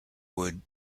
would